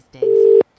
days